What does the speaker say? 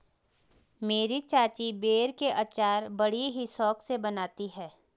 मेरी चाची बेर के अचार बड़ी ही शौक से बनाती है